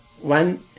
One